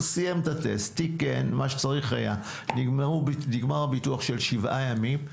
סיים את הטסט, תיקן, נגמר הביטוח של שבעה מים,